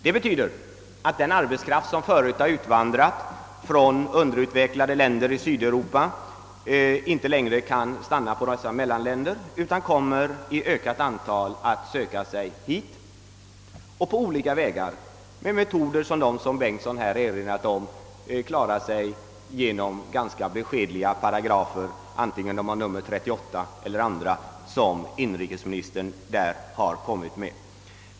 Det betyder att den arbetskraft som utvandrar från de underutvecklade länderna i Sydeuropa inte längre kan stanna i dessa mellanländer, utan de kommer i ökat antal att söka sig hit på olika vägar. Med t.ex. de metoder som herr Bengtsson i Landskrona redogjort för kommer de att kringgå våra beskedliga paragrafer både 838, som inrikesministern talade om, och andra paragrafer.